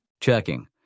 Checking